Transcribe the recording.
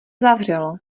zavřelo